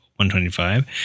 125